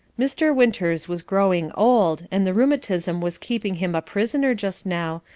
mr. winters was growing old, and the rheumatism was keeping him a prisoner just now,